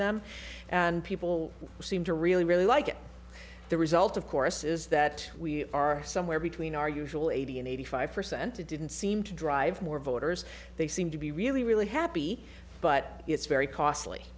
people seem to really really like it the result of course is that we are somewhere between our usual eighty and eighty five percent it didn't seem to drive more voters they seem to be really really happy but it's very costly